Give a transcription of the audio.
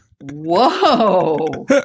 Whoa